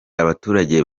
abaturage